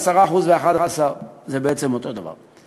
10% ו-11% זה בעצם אותו דבר.